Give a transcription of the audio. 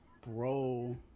bro